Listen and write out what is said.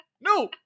No